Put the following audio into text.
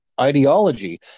ideology